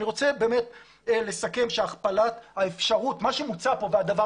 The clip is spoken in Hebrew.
אני רוצה לסכם ולומר שמה שמוצע כאן והדבר